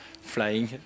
flying